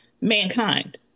mankind